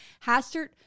Hastert